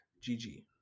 gg